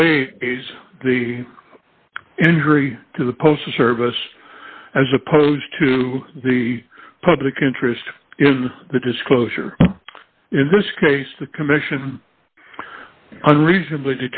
commission the injury to the postal service as opposed to the public interest in the disclosure in this case the commission unreasonably